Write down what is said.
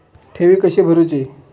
ठेवी कशी भरूची?